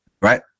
right